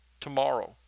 tomorrow